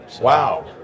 Wow